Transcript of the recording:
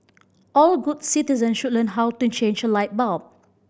all good citizens should learn how to change a light bulb